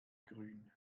grün